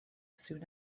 soon